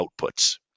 outputs